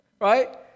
right